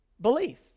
Belief